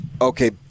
okay